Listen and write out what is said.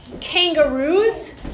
kangaroos